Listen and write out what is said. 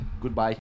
Goodbye